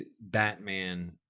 Batman